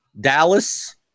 Dallas